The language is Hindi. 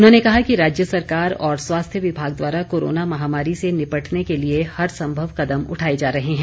उन्होंने कहा कि राज्य सरकार और स्वास्थ्य विभाग द्वारा कोरोना महामारी से निपटने के लिए हर संभव कदम उठाए जा रहे हैं